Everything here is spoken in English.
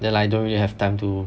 then like don't really have time to